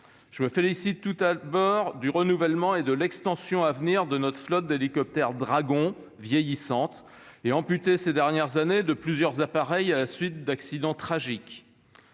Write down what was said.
Je me félicite tout d'abord du renouvellement et de l'extension à venir de notre flotte d'hélicoptères Dragon vieillissante et amputée ces dernières années de plusieurs appareils à la suite d'accidents tragiques.